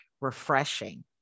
refreshing